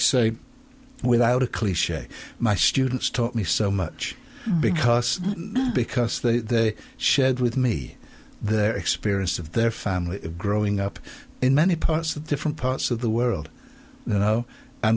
say without a cliche my students taught me so much because because they shared with me their experience of their family growing up in many parts of different parts of the world you know and